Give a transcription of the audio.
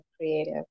creative